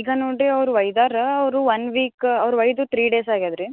ಈಗ ನೋಡಿರಿ ಅವರು ಒಯ್ದಾರಾ ಅವರು ಒನ್ ವೀಕ್ ಅವರು ಒಯ್ದು ತ್ರೀ ಡೇಸ್ ಅಗ್ಯಾದ ರೀ